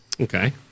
Okay